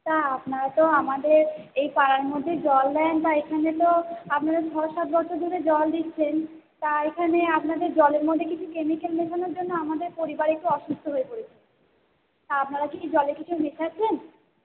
তা আপনারা তো আমাদের এই পাড়ার মধ্যেই জল দেন তা এখানে তো আপনারা ছ সাত বছর ধরে জল দিচ্ছেন তা এখানে আপনাদের জলের মধ্যে কিছু কেমিকেল মেশানোর জন্য আমাদের পরিবারের কেউ অসুস্থ হয়ে পড়েছে তা আপনারা কি জলে কিছু মেশাচ্ছেন